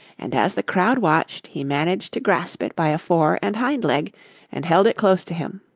and as the crowd watched he managed to grasp it by a fore and hind leg and held it close to him.